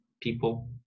people